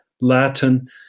Latin